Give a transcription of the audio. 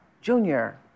junior